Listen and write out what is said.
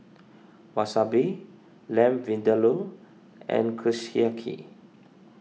Wasabi Lamb Vindaloo and Kushiyaki